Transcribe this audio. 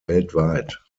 weltweit